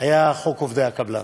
היה חוק עובדי הקבלן.